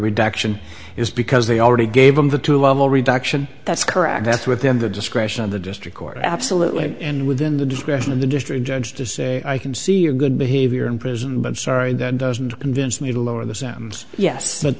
reduction is because they already gave them the two level reduction that's correct that's within the discretion of the district court absolutely and within the discretion of the district judge to say i can see your good behavior in prison but sorry that doesn't convince me to lower the sams yes but